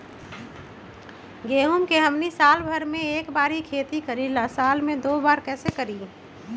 गेंहू के हमनी साल भर मे एक बार ही खेती करीला साल में दो बार कैसे करी?